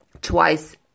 twice